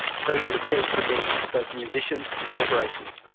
so he understands the needs of both musicians and corporations.